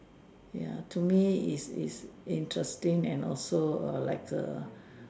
ya to me it's it's interesting and also like A